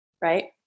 Right